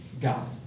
God